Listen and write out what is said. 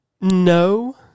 No